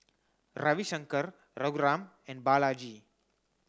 Ravi Shankar Raghuram and Balaji